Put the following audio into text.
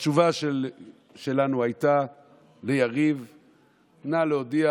התשובה שלנו ליריב הייתה: נא להודיע